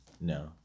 No